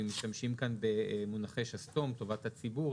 אם משתמשים במונחי שסתום טובת הציבור,